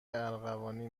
ارغوانی